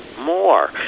More